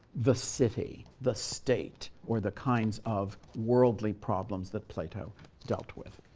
the city, the state, or the kinds of worldly problems that plato dealt with.